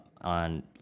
on